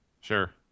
Sure